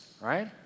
right